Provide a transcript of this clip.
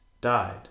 died